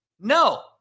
No